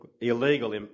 illegal